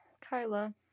Kyla